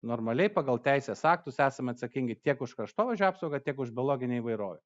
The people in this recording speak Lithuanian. normaliai pagal teisės aktus esame atsakingi tiek už kraštovaizdžio apsaugą tiek už biologinę įvairovę